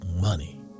money